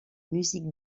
musique